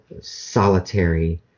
solitary